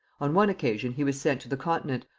on one occasion he was sent to the continent,